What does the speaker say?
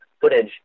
footage